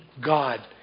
God